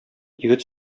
егет